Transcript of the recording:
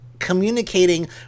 communicating